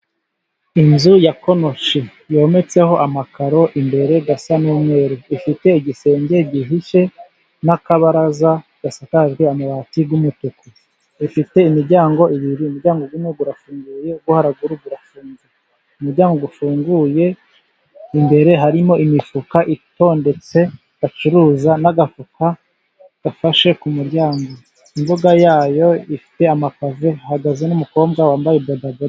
Inzu ya konoshi yometseho amakaro imbere asa n'umweru, ifite igisenge gihishe n'akabaraza gasakajwe amabati y'umutuku, ifite imiryango ibiri umuryango umwe urafunguye uwo haruguru urafunze, umuryango ufunguye imbere harimo imifuka itondetse bacuruza n'agafuka gafashe ku muryango, imbuga yayo ifite amapave hahagaze n'umukobwa wambaye bodaboda.